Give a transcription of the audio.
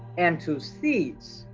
and to seeds.